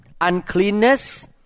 uncleanness